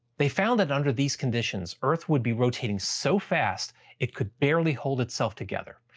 they found that under these conditions, earth would be rotating so fast it could barely hold itself together.